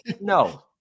no